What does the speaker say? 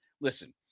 listen